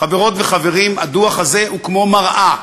חברות וחברים, הדוח הזה הוא כמו מראה,